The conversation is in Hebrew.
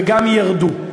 וגם ירדו.